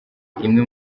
imwe